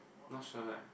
not sure leh